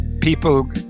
People